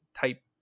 type